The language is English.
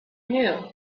knew